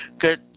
good